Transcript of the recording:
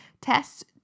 tests